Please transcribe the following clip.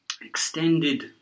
Extended